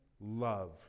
love